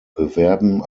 bewerben